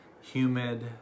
humid